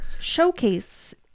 Showcase